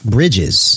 Bridges